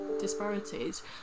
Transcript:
disparities